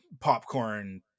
popcorn